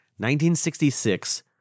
1966